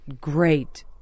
great